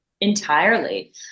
entirely